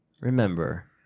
remember